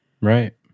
Right